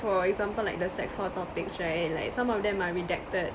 for example like the sec four topics right like some of them are redacted